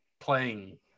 playing